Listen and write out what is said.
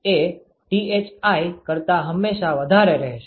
તેથી Tco - Tci એ Thi - Tho કરતા હંમેશા વધારે રહેશે